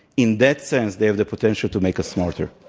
in that sense, they have the potential to make us smarter.